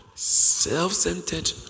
Self-centered